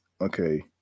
okay